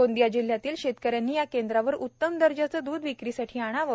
गोंदिया जिल्ह्यातील शेतकऱ्यांनी या केंद्रावर उत्तम दर्जाचे दूध विक्रीसाठी आणावे